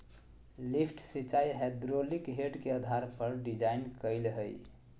lift सिंचाई hydraulic head के आधार पर डिजाइन कइल हइ